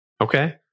Okay